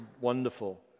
wonderful